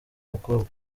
mukobwa